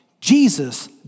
Jesus